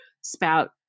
spout